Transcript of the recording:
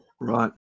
Right